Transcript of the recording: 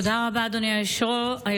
תודה רבה, אדוני היושב-ראש.